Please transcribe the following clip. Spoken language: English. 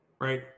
right